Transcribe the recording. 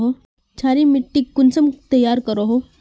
क्षारी मिट्टी खानोक कुंसम तैयार करोहो?